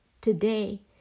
Today